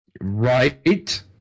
right